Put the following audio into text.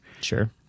Sure